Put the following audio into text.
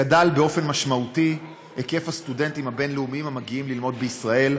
גדל באופן משמעותי מספר הסטודנטים הבין-לאומיים המגיעים ללמוד בישראל,